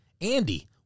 Andy